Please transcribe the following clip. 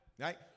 Right